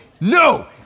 No